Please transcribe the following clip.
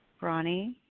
Ronnie